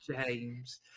James